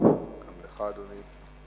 גם לך, אדוני.